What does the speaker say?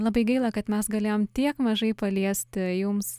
labai gaila kad mes galėjom tiek mažai paliesti jums